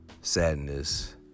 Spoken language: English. sadness